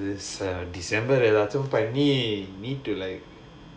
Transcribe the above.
this december ஏதாச்சும் பண்ணி:edhachum panni need to like